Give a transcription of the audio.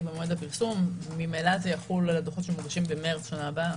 במועד הפרסום וממילא זה יחול על הדוחות שמוגשים במרס שנה הבאה.